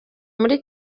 muri